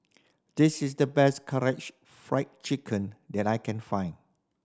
this is the best Karaage Fried Chicken that I can find